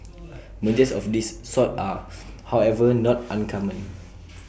mergers of this sort are however not uncommon